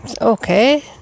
Okay